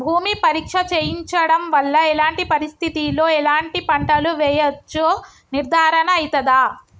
భూమి పరీక్ష చేయించడం వల్ల ఎలాంటి పరిస్థితిలో ఎలాంటి పంటలు వేయచ్చో నిర్ధారణ అయితదా?